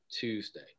Tuesday